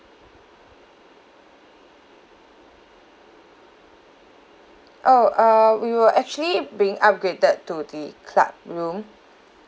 oh err we were actually being upgraded to the club room